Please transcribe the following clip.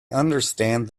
understand